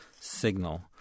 signal